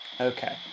Okay